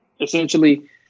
Essentially